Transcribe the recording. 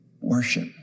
Worship